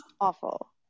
awful